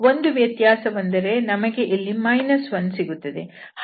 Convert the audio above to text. ಒಂದು ವ್ಯತ್ಯಾಸವೆಂದರೆ ನಮಗೆ ಇಲ್ಲಿ 1 ಸಿಗುತ್ತದೆ